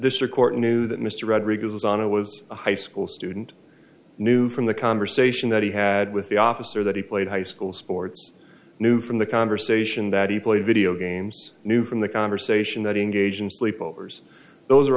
or court knew that mr rodriguez was on it was a high school student knew from the conversation that he had with the officer that he played high school sports knew from the conversation that he played video games knew from the conversation that he engaged in sleep overs those are